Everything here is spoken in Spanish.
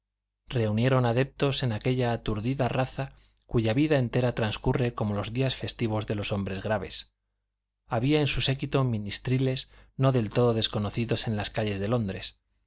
reunieron adeptos en aquella aturdida raza cuya vida entera transcurre como los días festivos de los hombres graves había en su séquito ministriles no del todo desconocidos en las calles de londres